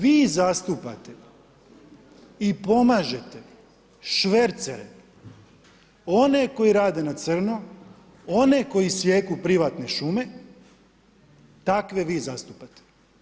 Vi zastupate i pomažete švercere, one koji rade na crno, one koji sijeku privatne šume, takve vi zastupate.